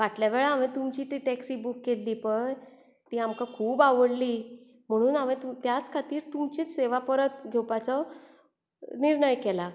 फाटल्या वेळा हांवें तुमची ती टॅक्सी बुक केल्ली पळय ती आमकां खूब आवडली म्हणून हांवें तूं त्याच खातीर तुमची सेवा परत घेवपाचो निर्णय केला